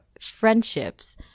friendships